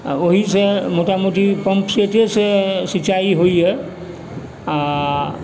ओहिसँ मोटामोटी पम्पसेटेसँ सिँचाई होइए आओर